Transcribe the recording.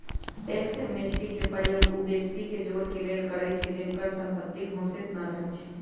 tax amnesty के प्रयोग उ व्यक्ति के जोरेके लेल करइछि जिनकर संपत्ति घोषित न रहै छइ